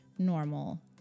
normal